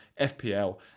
FPL